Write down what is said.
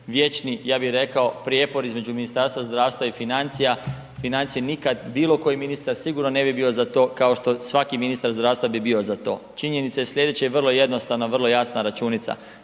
riznici, ja bih rekao vječni prijepor između Ministarstva zdravstva i financija. Financije nikad bilo koji ministar sigurno ne bi bio za to kao što svaki ministar zdravstva bi bio za to. Činjenica je sljedeća i vrlo jednostavna i vrlo jasna računica,